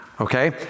okay